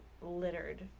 littered